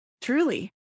truly